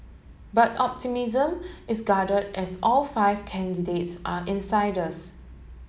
but optimism is guarded as all five candidates are insiders